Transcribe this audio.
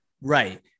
Right